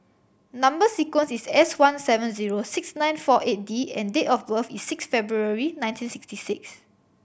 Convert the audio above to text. number sequence is S one seven zero six nine four eight D and date of birth is six February nineteen sixty six